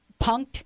punked